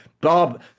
Bob